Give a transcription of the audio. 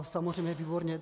Samozřejmě, výborně.